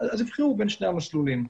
יבחרו בין שני המסלולים.